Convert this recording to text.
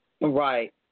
Right